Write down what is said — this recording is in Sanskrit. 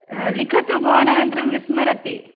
अस्तु भवान् अनन्तरं विस्मरति